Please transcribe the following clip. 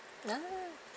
ah